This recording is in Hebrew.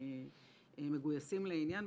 מגויסים לעניין,